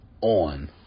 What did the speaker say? on